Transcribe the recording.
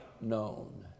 known